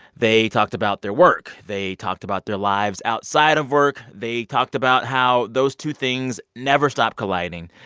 they talked about their work. they talked about their lives outside of work. they talked about how those two things never stop colliding.